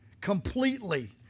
Completely